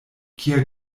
kia